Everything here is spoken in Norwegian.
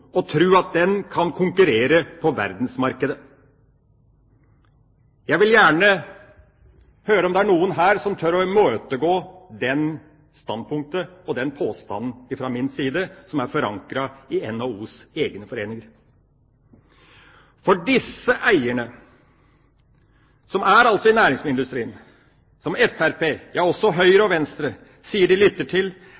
at det er en illusjon å tro at næringsmiddelindustrien kan konkurrere på verdensmarkedet. Jeg vil gjerne høre om det er noen her som tør å imøtegå det standpunktet og den påstanden fra min side som er forankret i NHOs egne foreninger. For disse eierne, som altså er i næringsmiddelindustrien, som Fremskrittspartiet, ja også Høyre